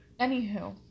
anywho